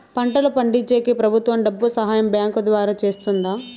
పంటలు పండించేకి ప్రభుత్వం డబ్బు సహాయం బ్యాంకు ద్వారా చేస్తుందా?